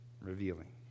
Revealing